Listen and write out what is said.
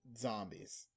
zombies